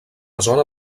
zona